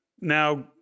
now